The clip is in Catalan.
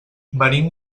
venim